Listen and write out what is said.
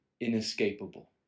inescapable